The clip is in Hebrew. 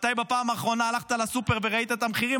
מתי בפעם האחרונה הלכת לסופר וראית את המחירים.